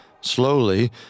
Slowly